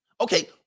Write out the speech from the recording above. Okay